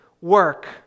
work